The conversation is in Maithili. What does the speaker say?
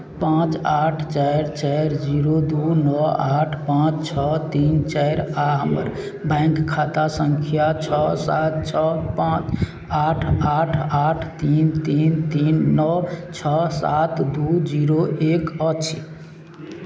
पाँच आठ चारि चारि जीरो दू नओ आठ पाँच छओ तीन चारि आ हमर बैंक खाता सङ्ख्या छओ सात छओ पाँच आठ आठ आठ तीन तीन तीन नओ छओ सात दू जीरो एक अछि